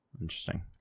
Interesting